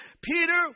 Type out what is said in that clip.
Peter